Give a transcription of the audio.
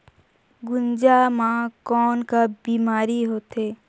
गुनजा मा कौन का बीमारी होथे?